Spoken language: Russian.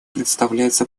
представляется